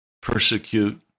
Persecute